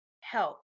help